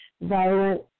violent